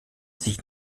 sich